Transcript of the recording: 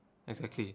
exactly